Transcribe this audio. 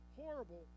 horrible